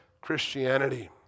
Christianity